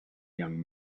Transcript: young